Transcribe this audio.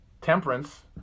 temperance